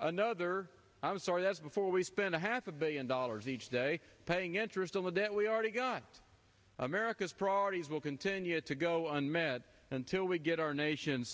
another i'm sorry that's before we spend a half a billion dollars each day paying interest on the debt we already got america's priorities will continue to go unmet until we get our nation